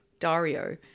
Dario